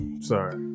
sorry